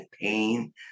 pain